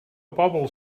bobl